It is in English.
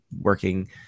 working